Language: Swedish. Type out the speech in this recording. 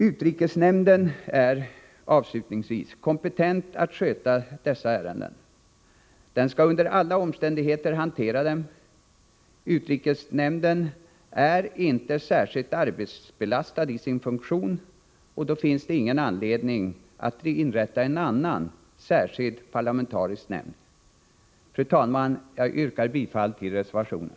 Utrikesnämnden är kompetent att sköta dessa ärenden, den skall under alla omständigheter hantera dem. Utrikesnämnden är inte särskilt arbetsbelastad i sin funktion, och då finns det ingen anledning att inrätta en annan särskild parlamentarisk nämnd. Fru talman! Jag yrkar bifall till reservationen.